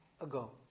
ago